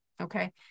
Okay